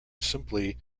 simply